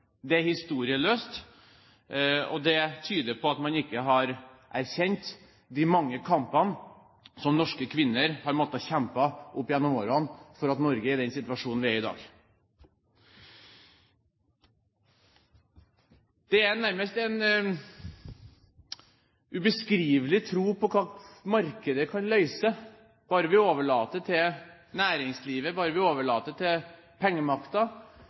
det er historieløst, og det tyder på at man ikke har erkjent de mange kampene som norske kvinner har måttet kjempe opp gjennom årene for at vi i Norge er i den situasjonen vi er i dag. Det er nærmest en ubeskrivelig tro på hva markedet kan løse, bare vi overlater det til næringslivet, bare vi overlater det til pengemakta